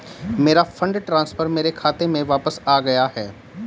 मेरा fund transfer मेरे खाते में वापस आ गया है